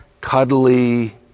cuddly